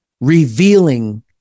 revealing